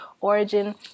origin